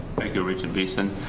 thank you regent beeson,